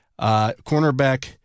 cornerback